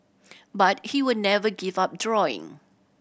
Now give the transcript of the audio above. but he will never give up drawing